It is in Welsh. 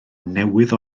newydd